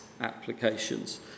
applications